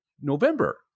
November